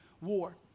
War